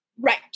Right